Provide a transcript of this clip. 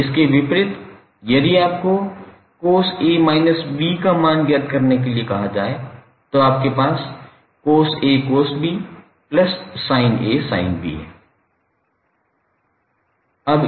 इसके विपरीत यदि आपको cos𝐴−𝐵 का मान ज्ञात करने के लिए कहा जाए तो आपके पास cos𝐴𝑐𝑜𝑠𝐵 𝑠𝑖𝑛𝐴 𝑠𝑖𝑛 𝐵 है